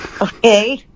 okay